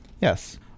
Yes